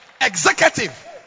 executive